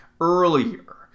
earlier